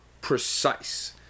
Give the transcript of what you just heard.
precise